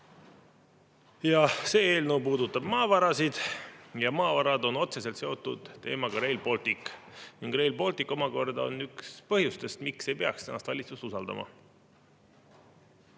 See eelnõu puudutab maavarasid ja maavarad on otseselt seotud Rail Balticuga. Rail Baltic omakorda on üks põhjustest, miks ei peaks tänast valitsust usaldama.